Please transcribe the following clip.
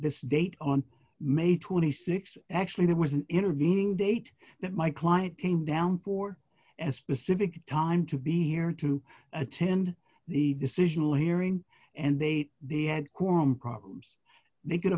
this date on may th actually there was an intervening date that my client came down for and specific time to be here to attend the decisional hearing and they they had quorum problems they could